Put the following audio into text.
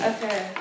Okay